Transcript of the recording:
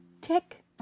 tick